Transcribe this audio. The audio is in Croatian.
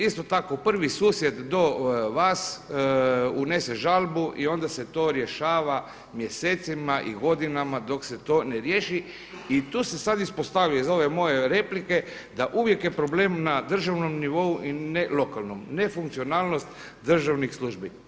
Isto tako, prvi susjed do vas unese žalbu i onda se to rješava mjesecima i godinama dok se to ne riješi i tu se sad ispostavi iz ove moje replike da uvijek je problem na državnom nivou a ne lokalnom nefunkcionalnost državnih službi.